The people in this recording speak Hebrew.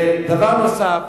דבר נוסף,